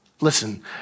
Listen